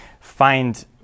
find